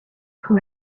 who